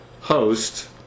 host